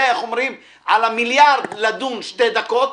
זה על המיליארד לדון שתי דקות,